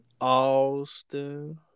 Austin